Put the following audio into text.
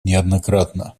неоднократно